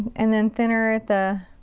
and then thinner at the